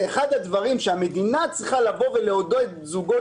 זה אחד הדברים שהמדינה צריכה כדי לעודד זוגות